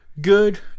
good